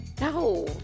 No